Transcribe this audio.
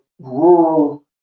rural